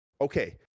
Okay